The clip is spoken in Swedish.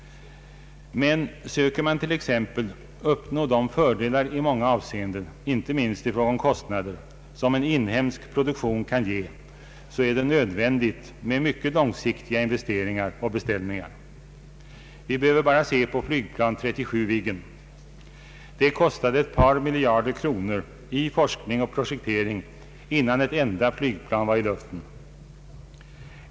Men söker man t.ex. uppnå de fördelar i många avseenden — inte minst i fråga om kostnader — som en inhemsk produktion kan ge, så är det nödvändigt med mycket långsiktiga investeringar och beställningar. Vi behöver bara se på flygplan 37 Viggen. Det kostade ett par miljarder kronor i forskning och projektering, innan ett enda flygplan var i luften.